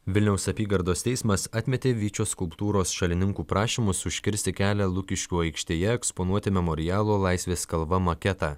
vilniaus apygardos teismas atmetė vyčio skulptūros šalininkų prašymus užkirsti kelią lukiškių aikštėje eksponuoti memorialo laisvės kalva maketą